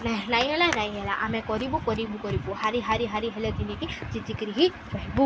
ନାଇଁ ନାଇଁ ହେଲା ନାଇଁ ହେଲା ଆମେ କରିବୁ କରିବୁ କରିବୁ ହାରି ହାରି ହାରି ହେଲେ ଯଣିକି ଚିତିକିରି ହିଁ ରହିବୁ